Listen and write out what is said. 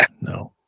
no